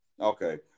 Okay